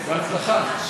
בהצלחה.